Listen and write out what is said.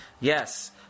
Yes